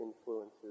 influences